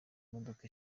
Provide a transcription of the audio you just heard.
imodoka